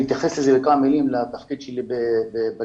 אני אתייחס בכמה מילים לתפקיד שלי אבל